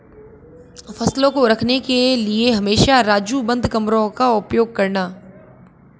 फसलों को रखने के लिए हमेशा राजू बंद कमरों का उपयोग करना